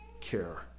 care